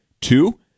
Two